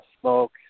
smoke